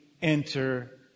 enter